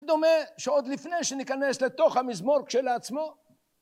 דומה שעוד לפני שניכנס לתוך המזמור כשלעצמו